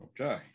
Okay